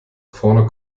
vorne